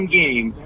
game